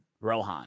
Rohan